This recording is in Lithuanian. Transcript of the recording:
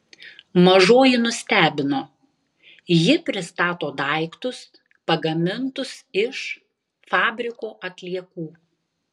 mažoji nustebino ji pristato daiktus pagamintus iš fabriko atliekų